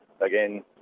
again